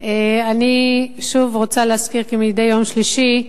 אני רוצה להזכיר, כמדי יום שלישי,